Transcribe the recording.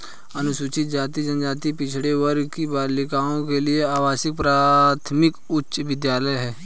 अनुसूचित जाति जनजाति पिछड़े वर्ग की बालिकाओं के लिए आवासीय प्राथमिक उच्च विद्यालय है